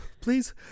Please